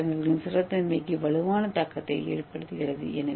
ஏ கட்டமைப்புகளின் ஸ்திரத்தன்மைக்கு வலுவான தாக்கத்தை ஏற்படுத்துகிறது